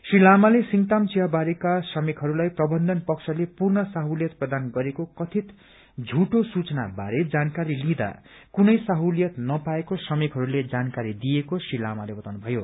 श्री लामाले सिंगताम चियावारीका श्रमिकहरूलाई प्रवन्थन पक्षले पूर्ण सहुलियत प्रदान गरेको कथित झूटो सूचना बारे जानकारी लिँदा कुनै सहुलियत नपाएको श्रमिकहरूले जानकारी दिएको श्री लामाले बताउनु भयो